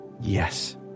yes